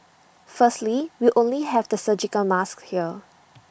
firstly we only have the surgical masks here